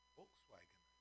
Volkswagen